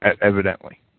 Evidently